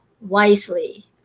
wisely